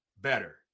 better